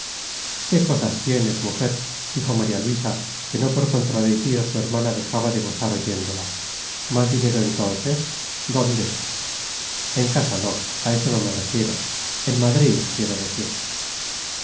qué cosas tienes mujer dijo maría luisa que no por contradecir a su hermana dejaba de gozar oyéndola más dinero entonces dónde en casa no a eso no me refiero en madrid quiero decir